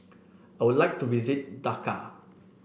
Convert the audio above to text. I would like to visit Dhaka